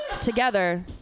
together